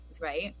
Right